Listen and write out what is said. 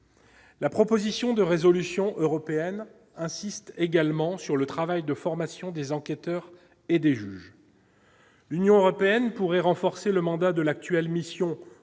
La proposition de résolution européenne insiste également sur le travail de formation des enquêteurs et des juges. L'Union européenne pourrait renforcer le mandat de l'actuelle mission eux